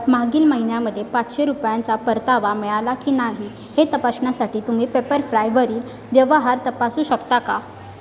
मागील महिन्यामध्ये पाचशे रुपयांचा परतावा मिळाला की नाही हे तपासण्यासाठी तुम्ही पेपरफ्रायवरील व्यवहार तपासू शकता का